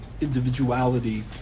individuality